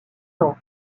ans